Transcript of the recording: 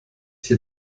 hier